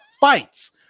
fights